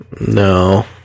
no